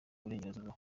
burengerazuba